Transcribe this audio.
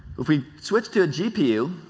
we switch to a gpu,